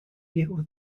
riesgos